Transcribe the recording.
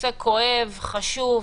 נושא כואב וחשוב.